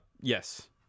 Yes